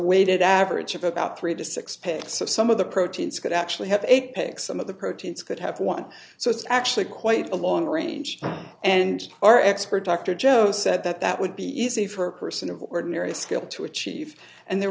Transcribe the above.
weighted average of about three to six pits of some of the proteins could actually have a pick some of the proteins could have won so it's actually quite a long range and our expert dr joe said that that would be easy for a person of ordinary skill to achieve and there